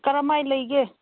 ꯀꯔꯝꯃꯥꯏ ꯂꯩꯒꯦ